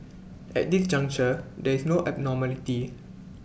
at this juncture there is no abnormality